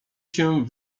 się